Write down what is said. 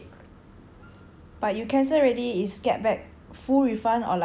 but you cancel already is get back full refund or like only partial refund